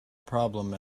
problem